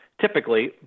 typically